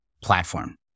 platform